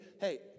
hey